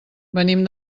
venim